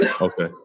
Okay